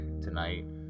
tonight